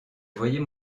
voyais